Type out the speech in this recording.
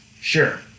sure